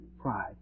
pride